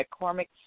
McCormick